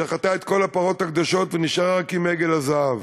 ששחטה את כל הפרות הקדושות ונשארה רק עם עגל הזהב.